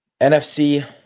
NFC